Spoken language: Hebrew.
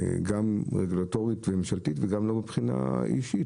רגולטורית וממשלתית וגם לא מבחינה אישית.